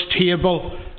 table